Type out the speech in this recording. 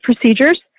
procedures